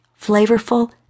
flavorful